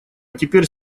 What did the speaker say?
теперь